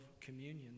communion